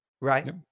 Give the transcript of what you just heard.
right